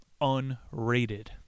unrated